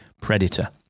Predator